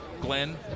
Glenn